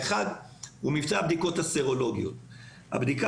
האחד הוא מבצע הבדיקות הסרולוגיות; הבדיקה